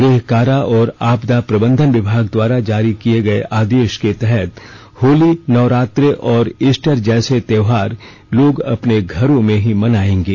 गृह कारा और आपदा प्रबंधन विभाग द्वारा जारी किए गए आदेश के तहत होली नवरात्र और ईस्टर जैसे त्योहार लोग अपने घरों में ही मनाएंगे